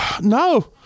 no